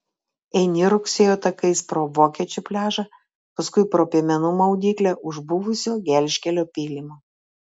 eini rugsėjo takais pro vokiečių pliažą paskui pro piemenų maudyklę už buvusio gelžkelio pylimo